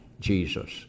Jesus